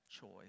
choice